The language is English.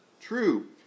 true